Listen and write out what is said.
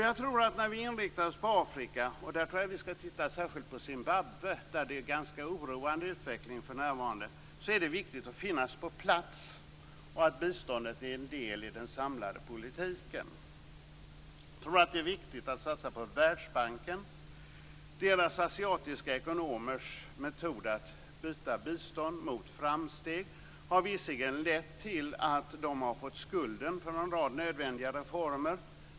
Jag tror att när vi inriktar oss på Afrika - och jag tror att vi särskilt skall titta på Zimbabwe, där utvecklingen för närvarande är ganska oroande - är det viktigt att finnas på plats och att biståndet är en del i den samlade politiken. Jag tror att det är viktigt att satsa på världsbanken. Deras asiatiska ekonomers metod att byta bistånd mot framsteg har visserligen lett till att de har fått skulden för en rad nödvändiga reformer.